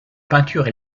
peinture